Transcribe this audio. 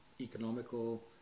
economical